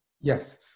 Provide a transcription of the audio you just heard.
Yes